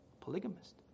Polygamist